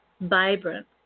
vibrant